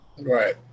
right